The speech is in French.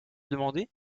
demandé